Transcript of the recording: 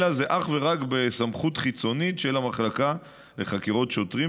אלא זה אך ורק בסמכות חיצונית של המחלקה לחקירות שוטרים,